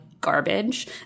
garbage